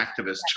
activists